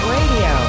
Radio